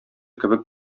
кебек